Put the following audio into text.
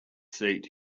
seat